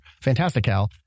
Fantastical